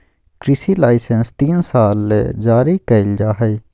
कृषि लाइसेंस तीन साल ले जारी कइल जा हइ